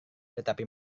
tetapi